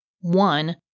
One